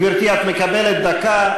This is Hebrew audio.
גברתי, את מקבלת דקה.